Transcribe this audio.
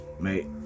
mate